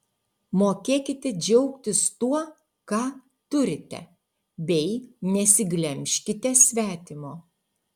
mokėkite džiaugtis tuo ką turite bei nesiglemžkite svetimo